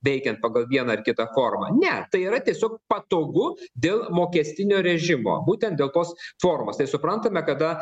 veikiant pagal vieną ar kitą formą ne tai yra tiesiog patogu dėl mokestinio režimo būtent dėl tos formos tai suprantame kada